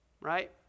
right